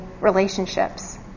relationships